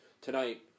tonight